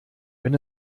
wenn